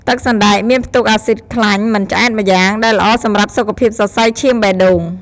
ទឹកសណ្តែកមានផ្ទុកអាស៊ីតខ្លាញ់មិនឆ្អែតម្យ៉ាង ដែលល្អសម្រាប់សុខភាពសរសៃឈាមបេះដូង។